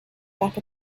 back